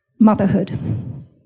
motherhood